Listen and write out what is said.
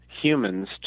humans